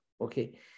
okay